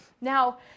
Now